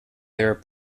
their